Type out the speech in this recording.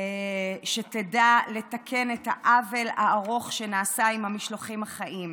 שתדע לתקן את העוול הארוך שנעשה עם המשלוחים החיים.